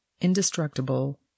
indestructible